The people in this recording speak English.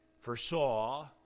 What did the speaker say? foresaw